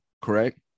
correct